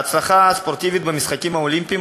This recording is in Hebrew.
ההצלחה הספורטיבית במשחקים האולימפיים,